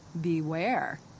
beware